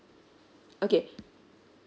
okay